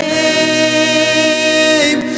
name